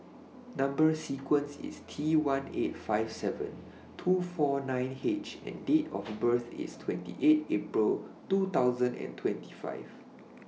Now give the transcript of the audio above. Number sequence IS T one eight five seven two four nine H and Date of birth IS twenty eight April two thousand and twenty five